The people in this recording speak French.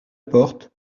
porte